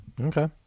Okay